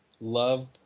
Love